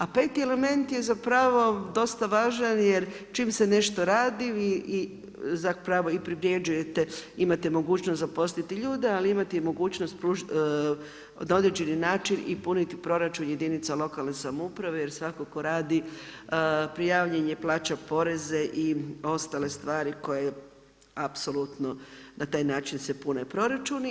A peti element je zapravo dosta važan jer čim se nešto radi vi i zapravo i privređujete, imate mogućnost zaposliti ljude ali imate i mogućnost na određeni način i puniti proračun jedinica lokalne samouprave jer svatko tko radi prijavljen je, plaća poreze i ostale stvari koje apsolutno na taj način se pune proračuni.